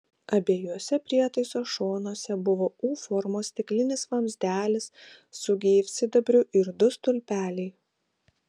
abiejuose prietaiso šonuose buvo u formos stiklinis vamzdelis su gyvsidabriu ir du stulpeliai